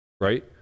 right